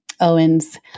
Owens